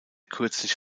kürzlich